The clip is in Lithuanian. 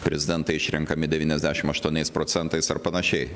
prezidentai išrenkami devyniasdešim aštuoniais procentais ar panašiai